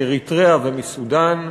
מאריתריאה ומסודאן.